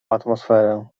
atmosferę